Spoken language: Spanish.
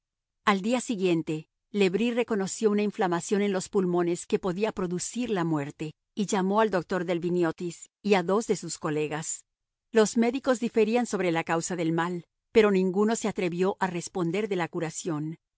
al día siguiente le bris reconoció una inflamación en los pulmones que podía producir la muerte y llamó al doctor delviniotis y a dos de sus colegas los médicos diferían sobre la causa del mal pero ninguno se atrevió a responder de la curación